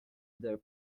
their